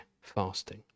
fasting